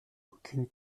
aucune